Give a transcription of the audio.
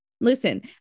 Listen